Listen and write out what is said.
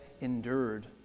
endured